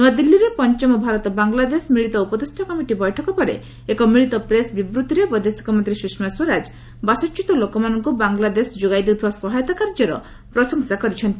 ନୂଆଦିଲ୍ଲୀରେ ପଞ୍ଚମ ଭାରତ ବାଙ୍ଗଲାଦେଶ ମିଳିତ ଉପଦେଷ୍ଟା କମିଟି ବୈଠକ ପରେ ଏକ ମିଳିତ ପ୍ରେସ୍ ବିବୃତ୍ତିରେ ବୈଦେଶିକ ମନ୍ତ୍ରୀ ସୁଷମା ସ୍ୱରାଜ ବାସଚ୍ୟୁତ ଲୋକମାନଙ୍କୁ ବାଙ୍ଗଲାଦେଶ ଯୋଗାଇ ଦେଉଥିବା ସହାୟତା କାର୍ଯ୍ୟର ପ୍ରଶଂସା କରିଛନ୍ତି